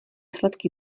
sladký